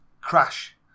Crash